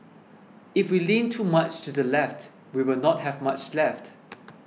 if we lean too much to the left we will not have much left